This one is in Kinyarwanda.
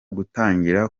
gutangira